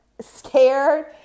scared